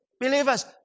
Believers